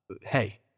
Hey